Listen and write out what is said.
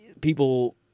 people